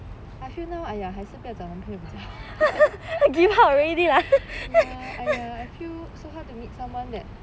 I feel now !aiya! 还是不要找男朋友比较好 ya !aiya! I feel so hard to meet someone that